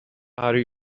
are